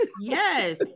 Yes